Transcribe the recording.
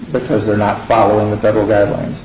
because they're not following the federal guidelines